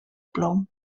plom